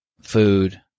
food